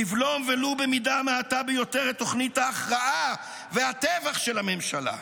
לבלום ולו במידה מועטה ביותר את תוכנית ההכרעה והטבח של הממשלה.